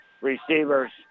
Receivers